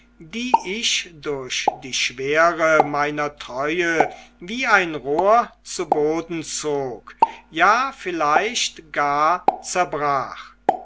die ich durch die schwere meiner treue wie ein rohr zu boden zog ja vielleicht gar zerbrach